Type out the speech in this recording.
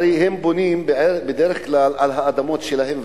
הרי הם בונים בדרך כלל על האדמות שלהם,